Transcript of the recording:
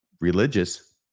religious